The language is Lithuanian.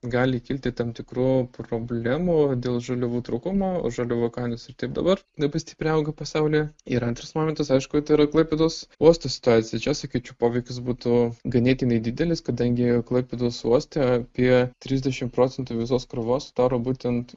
gali kilti tam tikrų problemų dėl žaliavų trūkumo žaliavų kainos ir taip dabar labai stipriai auga pasaulyje ir antras momentas aišku tai yra klaipėdos uosto situacija čia sakyčiau poveikis būtų ganėtinai didelis kadangi klaipėdos uoste apie trisdešimt procentų visos krovos sudaro būtent